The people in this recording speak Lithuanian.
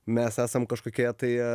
mes esam kažkokioje tai